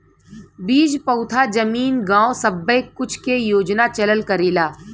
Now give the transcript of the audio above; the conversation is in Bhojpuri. बीज पउधा जमीन गाव सब्बे कुछ के योजना चलल करेला